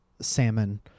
salmon